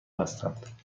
هستند